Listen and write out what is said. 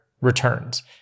returns